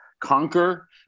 conquer